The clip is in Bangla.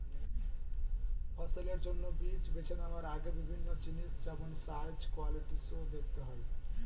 ফসলের জন্য বীজ বেছে নেওয়ার আগে বিভিন্ন জিনিস যেমন সাইজ, কোয়ালিটি সো দেখতে হয়